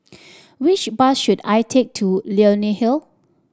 which bus should I take to Leonie Hill